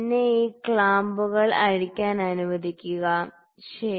എന്നെ ഈ ക്ലാമ്പുകൾ അഴിക്കാൻ അനുവദിക്കുക ശരി